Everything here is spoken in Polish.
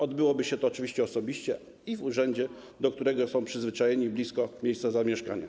Odbyłoby się to oczywiście osobiście i w urzędzie, do którego obywatel jest przyzwyczajony, blisko miejsca zamieszkania.